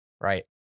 right